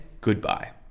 goodbye